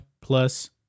plus